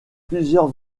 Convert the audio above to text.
plusieurs